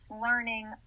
learning